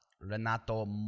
Renato